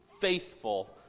faithful